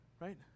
right